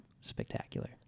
spectacular